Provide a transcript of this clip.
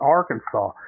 Arkansas